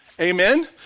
Amen